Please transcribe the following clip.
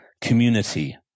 community